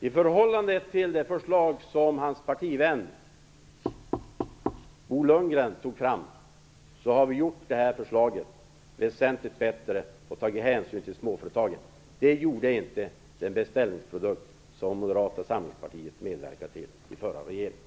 I förhållande till det förslag som hans partivän Bo Lundgren tog fram, har vi utformat det här förslaget väsentligt bättre och tagit hänsyn till småföretagen. Det gjorde man inte i den beställningsprodukt som Moderata samlingspartiet medverkade till i den förra regeringen.